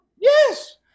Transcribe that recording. Yes